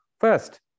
First